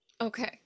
Okay